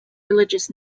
religious